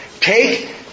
Take